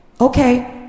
okay